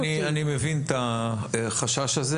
אני מבין את החשש הה.